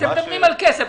אתם מדברים על כסף.